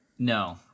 No